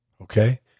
Okay